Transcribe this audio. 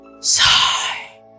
Sigh